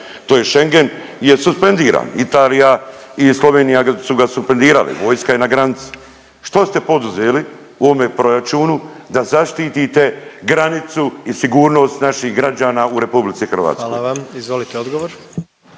Schengen, je suspendiran. Italija i Slovenija su ga suspendirali, vojska je na granici. Što ste poduzeli u ovome proračunu da zaštitite granicu i sigurnost naših građana u RH? **Jandroković, Gordan (HDZ)** Hvala vam. Izvolite odgovor.